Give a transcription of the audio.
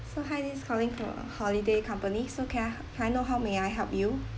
so hi this is calling from holiday company so can I help can I know how may I help you